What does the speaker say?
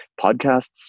Podcasts